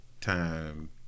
time